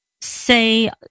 say